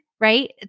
right